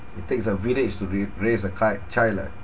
it takes a village to re~ raise a ki~ child lah